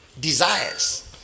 desires